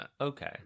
Okay